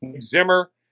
Zimmer